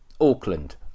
auckland